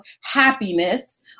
happiness